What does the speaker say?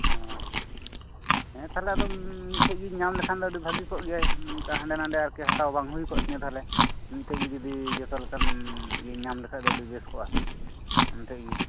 ᱚ ᱦᱮᱸ ᱛᱟᱦᱞᱮ ᱟᱫᱚ ᱢᱤᱫᱴᱷᱮᱱ ᱜᱮᱧ ᱧᱟᱢ ᱞᱮᱠᱷᱟᱱ ᱟᱹᱰᱤ ᱵᱷᱟᱜᱮ ᱠᱚᱜ ᱜᱮᱭᱟ ᱚᱱᱠᱟ ᱦᱟᱸᱰᱮ ᱱᱟᱸᱰᱮ ᱟᱨᱠᱤ ᱦᱟᱛᱟᱣ ᱵᱟᱝ ᱦᱩᱭ ᱠᱚᱜ ᱛᱤᱧᱟᱹ ᱛᱟᱦᱞᱮ ᱢᱤᱫᱴᱷᱮᱱ ᱜᱮ ᱡᱩᱫᱤ ᱡᱚᱛᱚ ᱞᱮᱠᱟᱱ ᱧᱟᱢ ᱞᱮᱠᱷᱟᱱ ᱟᱹᱰᱤ ᱵᱮᱥ ᱠᱚᱜᱼᱟ ᱟᱢᱴᱷᱮᱡ ᱜᱮ